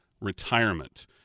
retirement